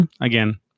again